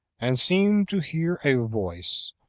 and seemed to hear a voice,